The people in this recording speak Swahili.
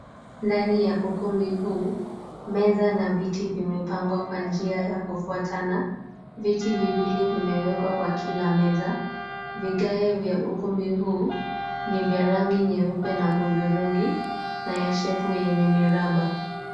Ndani ya ukumbi huu meza na viti vimepangwa kwa njia ya kufuatana. Viti viwili vimewekwa kwa kila meza. Vigae vya ukumbi huu ni vya rangi nyeupe na hudhurungi na ya shepu yenye miraba.